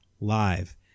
live